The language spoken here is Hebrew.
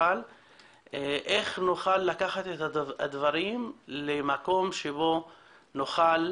אבל איך נוכל לקחת את הדברים למקום שבו נוכל